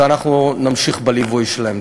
ואנחנו נמשיך בליווי שלהם.